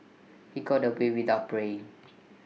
he got away without paying